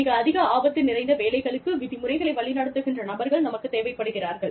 மிக அதிக ஆபத்து நிறைந்த வேலைகளுக்கு விதிமுறைகளை வழிநடத்துகின்ற நபர்கள் நமக்குத் தேவைப்படுகிறார்கள்